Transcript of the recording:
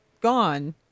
gone